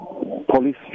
Police